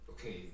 Okay